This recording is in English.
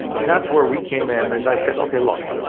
and that's where we came in as i said, okay, look.